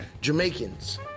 Jamaicans